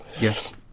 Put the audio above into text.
Yes